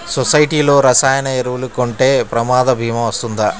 సొసైటీలో రసాయన ఎరువులు కొంటే ప్రమాద భీమా వస్తుందా?